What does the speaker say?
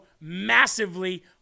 massively